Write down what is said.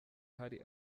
hari